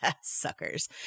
suckers